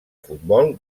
futbol